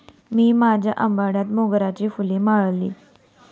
मी माझ्या आंबाड्यात मोगऱ्याची फुले माळली